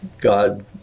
God